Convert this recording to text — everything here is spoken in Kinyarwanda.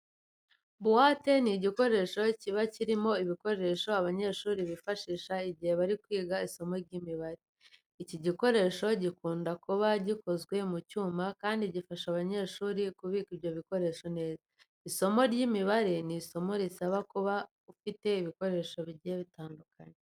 Buwate ni igikoresho kiba kirimo ibikoresho abanyeshuri bifashisha igihe bari kwiga isomo ry'imibare. Iki gikoresho gikunda kuba gikoze mu cyuma kandi gifasha abanyeshuri kubika ibyo bikoresho neza. Isomo ry'imibare ni isomo risaba kuba ufite ibikoresho bigiye bitandukanye.